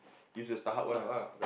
use the StarHub one ah